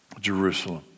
Jerusalem